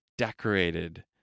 decorated